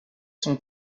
sont